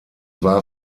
war